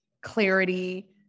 clarity